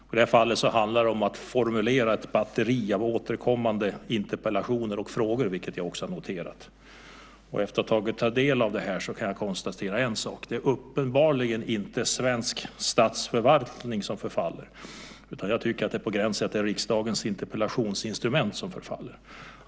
I det här fallet handlar det om att formulera ett batteri av återkommande interpellationer och frågor, vilket jag också har noterat. Efter att ha tagit del av det här kan jag konstatera en sak: Det är uppenbarligen inte svensk statsförvaltning som förfaller, utan det är på gränsen till att det är riksdagens interpellationsinstrument som förfaller.